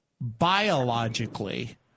biologically